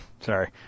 sorry